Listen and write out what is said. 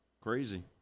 Crazy